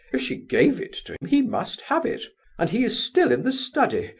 if she gave it to him, he must have it and he is still in the study.